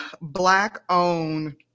Black-owned